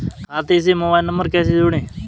खाते से mobile number कैसे जोड़ें?